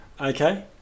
Okay